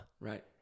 Right